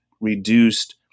reduced